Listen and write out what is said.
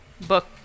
book